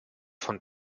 von